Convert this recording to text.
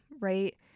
right